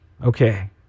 Okay